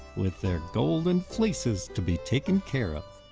with their golden fleeces to be taken care of.